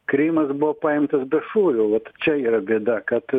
krymas buvo paimtas be šūvių vat čia yra bėda kad